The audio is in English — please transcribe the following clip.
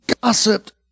gossiped